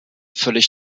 völlig